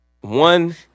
One